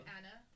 Anna